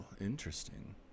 Interesting